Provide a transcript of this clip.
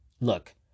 look